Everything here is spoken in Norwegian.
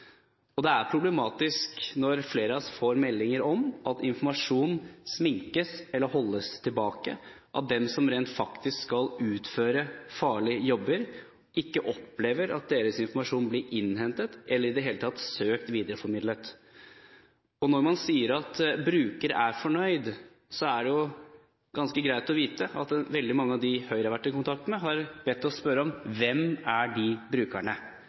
Det er problematisk når flere av oss får meldinger om at informasjon sminkes eller holdes tilbake, at de som faktisk skal utføre farlige jobber, ikke opplever at deres informasjon blir innhentet eller i det hele tatt søkt videreformidlet. Når man sier at bruker er fornøyd, er det ganske greit å vite at veldig mange av dem Høyre har vært i kontakt med, har bedt oss om å spørre: Hvem er de brukerne?